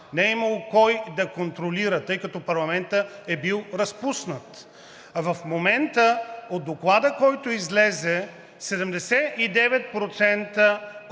не е имало кой да контролира, тъй като парламентът е бил разпуснат! В момента от доклада, който излезе, 79%